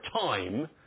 time